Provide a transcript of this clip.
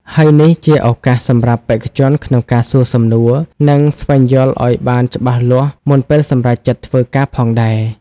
ហើយនេះជាឱកាសសម្រាប់បេក្ខជនក្នុងការសួរសំណួរ និងស្វែងយល់ឲ្យបានច្បាស់លាស់មុនពេលសម្រេចចិត្តធ្វើការផងដែរ។